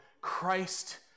Christ